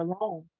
alone